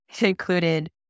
included